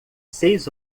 seis